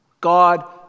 God